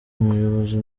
umuyobozi